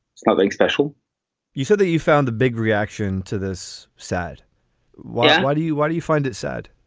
nothing special you said that you found the big reaction to this sad one. what do you what do you find it sad